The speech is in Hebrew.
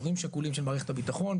הורים שכולים במערכת הביטחון.